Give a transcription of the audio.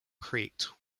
crete